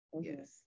Yes